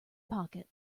pocket